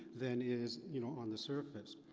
than is, you know, on the surface.